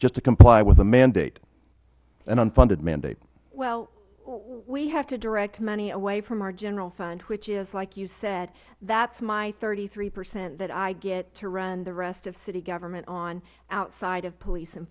just to comply with a mandate an unfunded mandate ms douglas well we have to direct money away from our general fund which is like you said that is my thirty three percent that i get to run the rest of city government on outside of police and